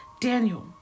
daniel